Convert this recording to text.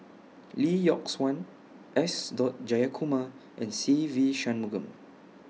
Lee Yock Suan S Dot Jayakumar and Se Ve Shanmugam